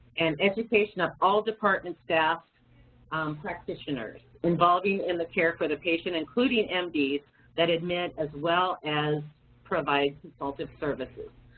and education of all department staff practitioners involving in the care for the patient including and mds that admit as well as provide consultative services.